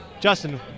Justin